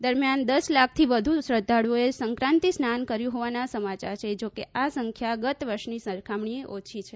દરમ્યાન દશ લાખથી વધુ શ્રદ્ધાળુઓએ સંકાતિ સ્નાન કર્યું હોવાના સમાયાર છે જો કે આ સંખ્યા ગત વર્ષની સરખામણીએ ઓછી છે